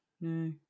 No